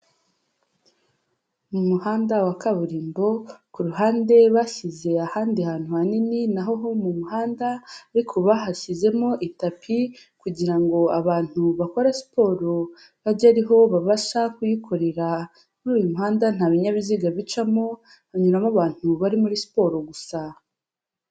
Mu muhanda wa kaburimbo ku ruhande bashyize ahandi hantu hanini naho ho mu muhanda ariko bahashyizemo itapi kugira ngo abantu bakora siporo bajye ari ho babasha kuyikorera. Muri uyu muhanda nta binyabiziga bicamo, hanyuramo abantu bari muri siporo gusa.